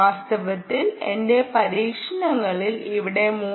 വാസ്തവത്തിൽ എന്റെ പരീക്ഷണങ്ങളിൽ ഇവിടെ 3